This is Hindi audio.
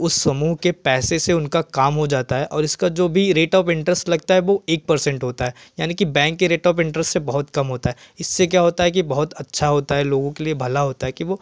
उस समूह के पैसे से उनका काम हो जाता है और इसका जो भी रेट ऑफ़ इंटरेस्ट लगता है वह एक पर्सेंट होता है यानी कि बैंक के रेट ऑफ़ इंटरेस्ट से बहुत कम होता है इससे क्या होता है कि बहुत अच्छा होता है लोगों के लिए भला होता है कि वे